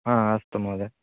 हा अस्तु महोदय